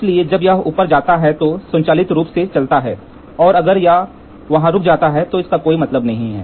इसलिए जब यह ऊपर जाता है तो स्वचालित रूप से चलता है और अगर यह वहां रुकता है तो इसका कोई मतलब नहीं है